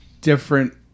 different